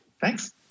Thanks